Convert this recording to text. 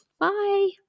Bye